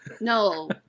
No